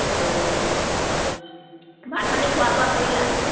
অঁ ভাত পানী খোৱা বোৱা কৰিলা